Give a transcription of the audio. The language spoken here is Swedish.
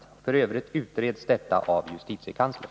F. ö. utreds detta av justitiekanslern.